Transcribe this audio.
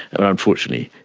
ah unfortunately,